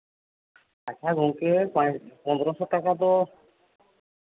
ᱦᱮᱸ ᱜᱚᱝᱠᱮ ᱯᱚᱱᱨᱚᱥᱚ ᱴᱟᱠᱟ ᱫᱚ